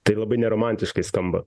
tai labai neromantiškai skamba